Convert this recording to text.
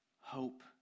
hope